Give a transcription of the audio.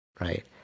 right